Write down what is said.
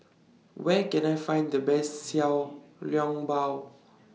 Where Can I Find The Best Xiao Long Bao